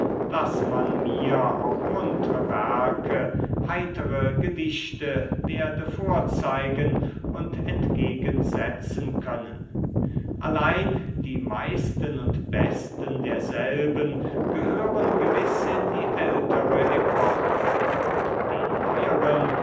daß man mir auch muntre werke heitere gedichte werde vorzeigen und entgegensetzen können allein die meisten und besten derselben gehören gewiß in die ältere epoche und die neueren